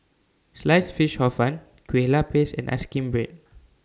Sliced Fish Hor Fun Kueh Lupis and Ice Cream Bread